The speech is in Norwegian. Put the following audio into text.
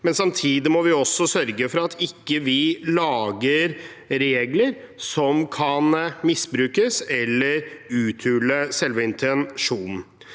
men samtidig sørger for at vi ikke lager regler som kan misbrukes eller uthule selve intensjonen.